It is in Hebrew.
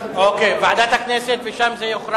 של ועדת הפנים וועדת החוקה שדנה בכל